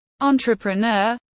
entrepreneur